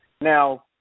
Now